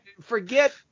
forget